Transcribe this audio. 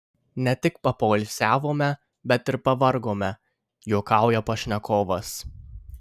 ne tik papoilsiavome bet ir pavargome juokauja pašnekovas